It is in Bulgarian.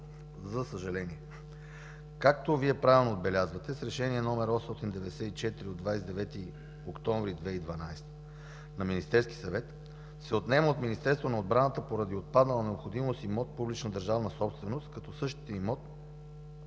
за съжаление. Както Вие правилно отбелязвате, с Решение № 894 от 29 октомври 2012 г. на Министерския съвет се отнема от Министерството на отбраната поради отпаднала необходимост имот – публична